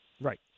Right